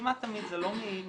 כמעט תמיד זה לא מרוע,